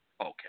Okay